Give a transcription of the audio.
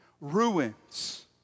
ruins